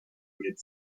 mit